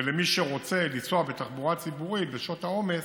ולמי שרוצה, לנסוע בתחבורה ציבורית בשעות העומס